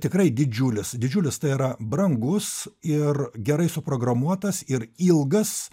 tikrai didžiulis didžiulis tai yra brangus ir gerai suprogramuotas ir ilgas